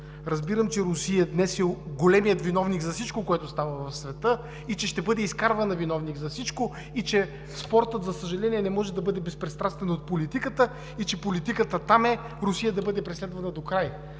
Разбирам, че Русия днес е големият виновник за всичко, което става в света, и че ще бъде изкарвана виновник за всичко, и че спортът, за съжаление, не може да бъде безпристрастен от политиката, и че политиката там е Русия да бъде преследвана докрай.